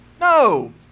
No